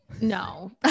No